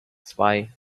zwei